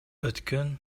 өткөн